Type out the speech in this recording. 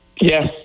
Yes